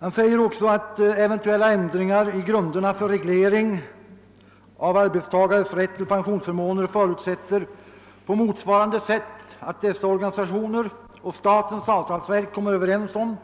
Statsrådet säger också: »Eventuella ändringar i grunderna för reglering av arbetstagares rätt till pensionsförmåner förutsätter på motsvarande sätt att dessa organisationer och statens avtalsverk kommer överens om